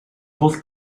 both